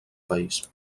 país